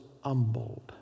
humbled